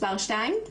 2?